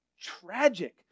tragic